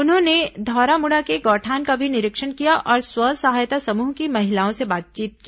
उन्होंने धौरामुड़ा के गौठान का भी निरीक्षण किया और स्व सहायता समूह की महिलाओं से बातचीत की